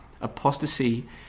apostasy